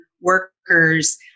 workers